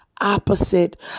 opposite